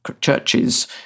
churches